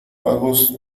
magos